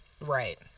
Right